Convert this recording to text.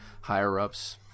higher-ups